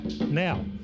Now